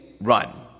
run